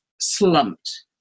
slumped